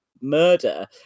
murder